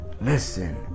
listen